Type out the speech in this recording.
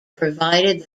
provided